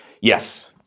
Yes